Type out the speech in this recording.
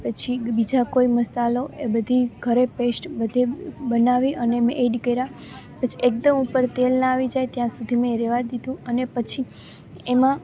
પછી બીજા કોઈ મસાલો એ બધી ઘરે પેશ્ટ બધે બનાવી અને મેં એડ કર્યા પછી એકદમ ઉપર તેલ ન આવી જાય ત્યાં સુધી મેં રહેવા દીધું અને પછી એમાં